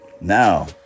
Now